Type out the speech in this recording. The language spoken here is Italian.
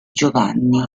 giovanni